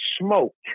smoked